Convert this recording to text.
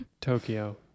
Tokyo